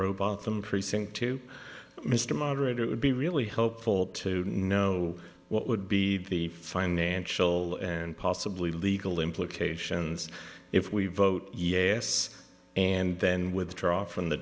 robotham precinct to mr moderator would be really helpful to know what would be the financial and possibly legal implications if we vote yes and then withdraw from the